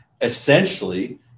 essentially